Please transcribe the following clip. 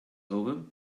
over